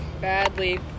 badly